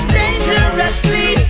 dangerously